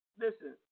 Listen